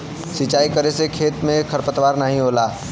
सिंचाई करे से खेत में खरपतवार नाहीं होला